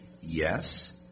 Yes